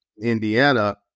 Indiana